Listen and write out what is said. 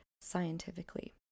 scientifically